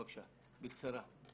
בבקשה, בקצרה.